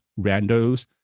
randos